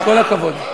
כל הכבוד.